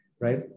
right